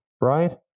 right